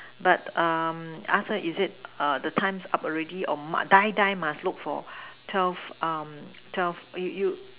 but um ask her is it err the times up already or m~ die die must look for twelve um twelve you you